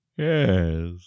Yes